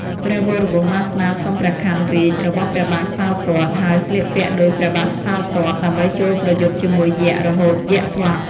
ព្រះវរវង្សបានស្នើសុំព្រះខ័នរាជ្យរបស់ព្រះបាទសោទត្ត ហើយស្លៀកពាក់ដូចព្រះបាទសោទត្ត ដើម្បីចូលប្រយុទ្ធជាមួយយក្សរហូតយក្សស្លាប់។